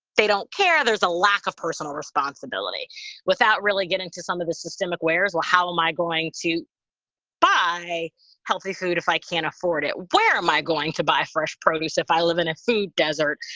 they don't care there's a lack of personal responsibility without really getting to some of the systemic whereas, well, how am i going to buy healthy food if i can't afford it? where am i going to buy fresh produce if i live in a food desert?